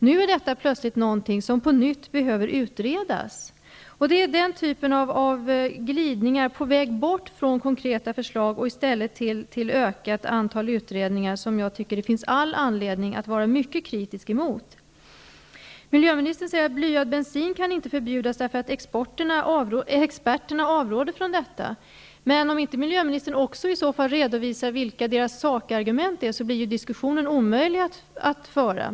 Nu är det något som plötsligt måste utredas på nytt. Det är den typen av glidningar på väg bort från konkreta förslag och i stället till ökat antal utredningar som jag tycker att det finns all anledning att vara mycket kritisk mot. Miljöministern säger att blyad bensin inte kan förbjudas därför att experterna avråder från detta. Men om inte miljöministern också i så fall redovisar vilka deras sakargument är, blir diskussionen omöjlig att föra.